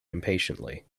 impatiently